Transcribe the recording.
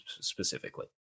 specifically